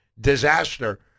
disaster